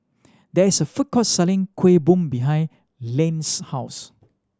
there is a food court selling Kueh Bom behind Len's house